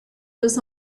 was